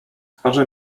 twarze